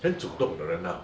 then 很主动的人 lor